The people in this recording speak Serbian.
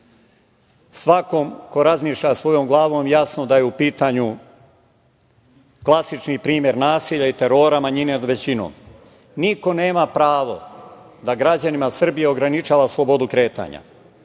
Svakom ko razmišlja svojom glavom je jasno da je u pitanju klasični primer nasilja i terora manjine nad većinom. Niko nema pravo da građanima Srbije ograničava slobodu kretanja.